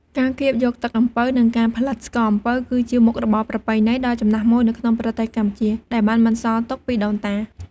ការកៀបយកទឹកអំពៅ និងការផលិតស្ករអំពៅ គឺជាមុខរបរប្រពៃណីដ៏ចំណាស់មួយនៅក្នុងប្រទេសកម្ពុជា ដែលបានបន្សល់ទុកពីដូនតា។